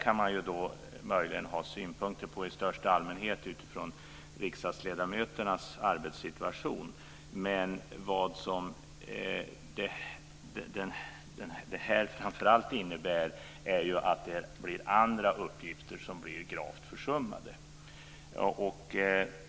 Det kan man möjligen ha synpunkter på i största allmänhet utifrån riksdagsledamöternas arbetssituation. Men det innebär framför allt att andra uppgifter blir gravt försummade.